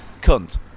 Cunt